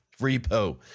repo